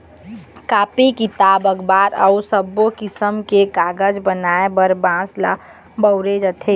copy, किताब, अखबार अउ सब्बो किसम के कागज बनाए बर बांस ल बउरे जाथे